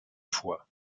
vor